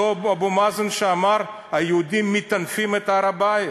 אותו אבו מאזן שאמר: היהודים מטנפים את הר-הבית,